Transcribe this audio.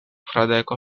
fradeko